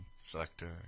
Selector